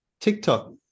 TikTok